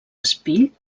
espill